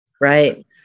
Right